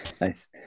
nice